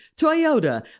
Toyota